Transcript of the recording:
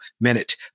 minute